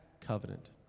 covenant